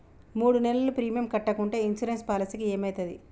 మూడు నెలలు ప్రీమియం కట్టకుంటే ఇన్సూరెన్స్ పాలసీకి ఏమైతది?